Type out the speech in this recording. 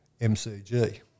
MCG